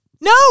no